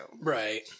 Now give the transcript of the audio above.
Right